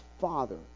father